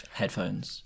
headphones